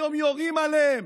היום יורים עליהם